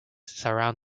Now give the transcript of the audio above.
surround